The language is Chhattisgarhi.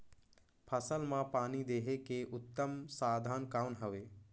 फसल मां पानी देहे के उत्तम साधन कौन हवे?